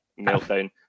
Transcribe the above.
meltdown